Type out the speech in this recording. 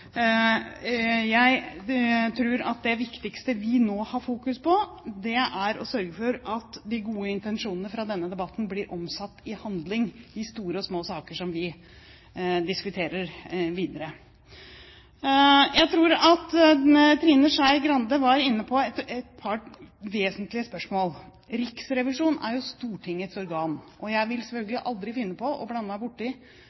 Jeg tror det viktigste vi nå har fokus på, er å sørge for at de gode intensjonene i denne debatten blir omsatt i handling i store og små saker som vi diskuterer videre. Jeg tror at Trine Skei Grande var inne på et par vesentlige spørsmål. Riksrevisjonen er jo Stortingets organ. Jeg vil